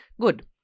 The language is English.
good